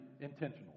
intentional